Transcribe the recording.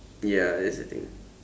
ya that's the thing